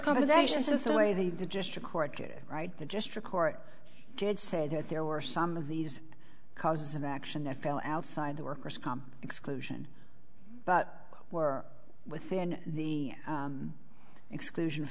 compensation system way of the just record get it right the district court did say that there were some of these causes of action that fell outside the workers comp exclusion but were within the exclusion